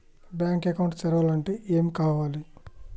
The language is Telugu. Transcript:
బ్యాంక్ అకౌంట్ తెరవాలంటే ఏమేం కావాలి?